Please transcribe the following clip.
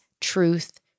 truth